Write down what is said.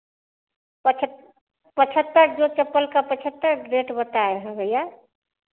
पचहत पचहत्तर जो चप्पल का पचहत्तर रेट बताए हैं भैया